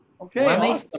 okay